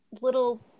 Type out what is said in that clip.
little